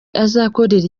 azakorera